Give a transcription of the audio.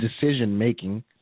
decision-making